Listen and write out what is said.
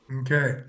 Okay